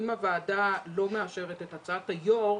אם הוועדה לא מאשרת את הצעת היושב-ראש,